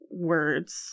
words